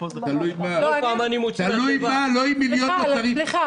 היא מזמינה וזה מגיע.